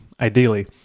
ideally